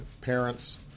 parents